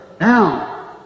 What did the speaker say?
Now